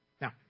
Now